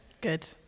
Good